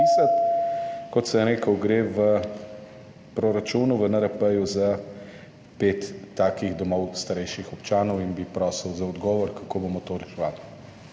Kot sem rekel, gre v proračunu, v NRP za pet takih domov starejših občanov. Prosil bi za odgovor, kako bomo to reševali.